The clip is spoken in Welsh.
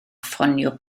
ffonio